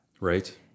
Right